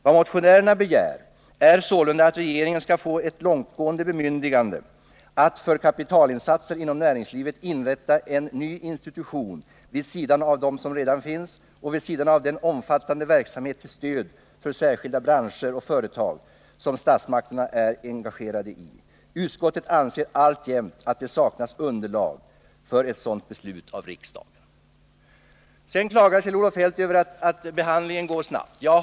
Vad motionärerna begär är Åtgärder för att stabilisera ekono sålunda att regeringen skall få ett långtgående bemyndigande att för kapitalinsatser inom näringslivet inrätta en ny institution vid sidan av dem som redan finns och vid sidan av den omfattande verksamhet till stöd för särskilda branscher och företag som statsmakterna är engagerade i. Utskottet anser alltjämt att det saknas underlag för ett sådant beslut av riksdagen.” Sedan klagar Kjell-Olof Feldt över att behandlingen går snabbt.